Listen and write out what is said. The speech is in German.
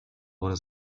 wurde